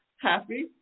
happy